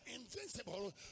invincible